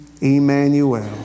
Emmanuel